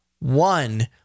One